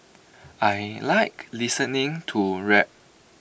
I Like listening to rap